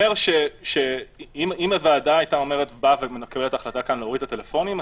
אם הוועדה הייתה מקבלת החלטה להוריד את הטלפונים,